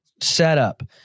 setup